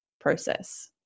process